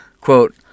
Quote